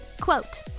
Quote